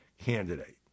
candidate